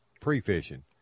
pre-fishing